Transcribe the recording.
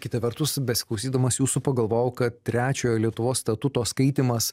kita vertus besiklausydamas jūsų pagalvojau kad trečiojo lietuvos statuto skaitymas